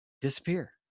disappear